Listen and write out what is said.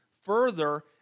further